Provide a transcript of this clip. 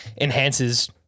enhances